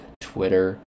Twitter